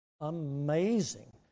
Amazing